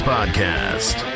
Podcast